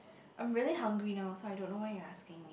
I'm really hungry now so I don't know why you're asking me